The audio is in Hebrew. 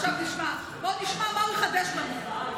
עכשיו נשמע, בואו נשמע מה הוא מחדש לנו.